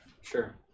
Sure